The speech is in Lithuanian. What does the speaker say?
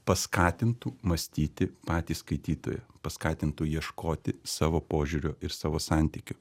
paskatintų mąstyti patį skaitytoją paskatintų ieškoti savo požiūrio ir savo santykių